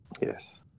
yes